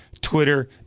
Twitter